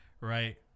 right